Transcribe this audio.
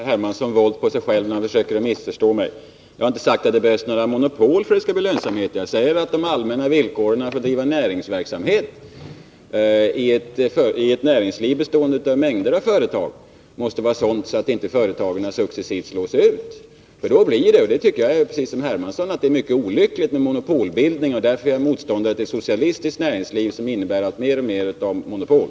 Herr talman! Herr Hermansson måste väl göra våld på sig själv för att kunna missförstå mig på detta sätt. Jag har inte sagt att det krävs monopol för att lönsamhet skall uppstå. Vad jag sade var att de allmänna villkoren för att bedriva näringsverksamhet i ett näringsliv bestående av mängder av företag måste vara sådana att företagen inte successivt slås ut. Jag tycker precis som herr Hermansson att det är mycket olyckligt med monopolbildning. Därför är jag också motståndare till ett socialistiskt näringsliv, som leder till mer och mer av monopol.